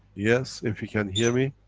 yes, if you can hear me?